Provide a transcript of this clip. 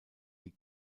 die